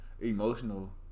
emotional